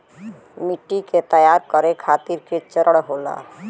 मिट्टी के तैयार करें खातिर के चरण होला?